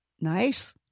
nice